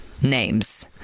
Names